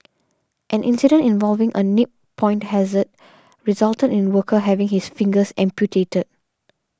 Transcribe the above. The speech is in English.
an incident involving a nip point hazard resulted in a worker having his fingers amputated